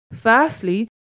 firstly